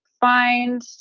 find